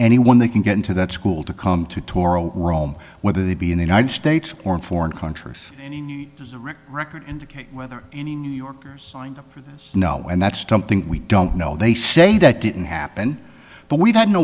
anyone they can get into that school to come to toronto rome whether they be in the united states or in foreign countries record and whether any new yorkers sign up for this no and that's time thing we don't know they say that didn't happen but we've had